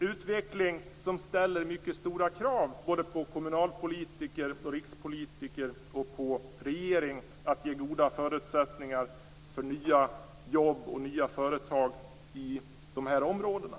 utveckling som ställer mycket stora krav på kommunalpolitiker och rikspolitiker liksom på regeringen när det gäller att skapa förutsättningar för nya jobb och nya företag i de här områdena.